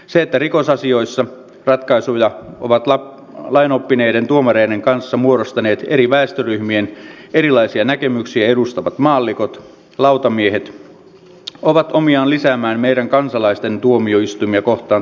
se että rikosasioissa ratkaisuja ovat lainoppineiden tuomareiden kanssa muodostaneet eri väestöryhmien erilaisia näkemyksiä edustavat maallikot lautamiehet on omiaan lisäämään meidän kansalaisten tuomioistuimia kohtaan tuntemaa luottamusta